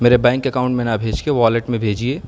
میرے bank account میں نہ بھیج کے والیٹ میں بھیجیے